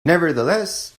nevertheless